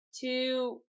two